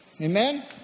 Amen